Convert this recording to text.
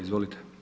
Izvolite.